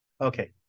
Okay